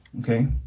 Okay